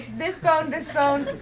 this bone, this bone.